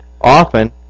often